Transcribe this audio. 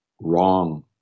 wrong